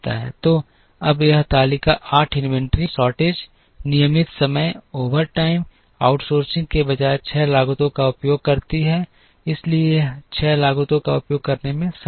तो अब यह तालिका आठ इन्वेंट्री शॉर्टेज नियमित समय ओवरटाइम आउटसोर्सिंग के बजाय 6 लागतों का उपयोग करती है इसलिए यह छह लागतों का उपयोग करने में सक्षम है